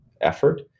effort